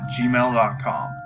gmail.com